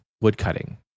woodcutting